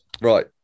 right